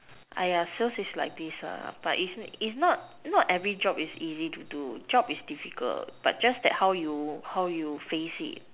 sales is like this but it's it's not not every job is easy to do job is difficult but just that how you face it